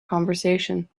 conversation